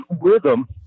rhythm